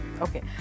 okay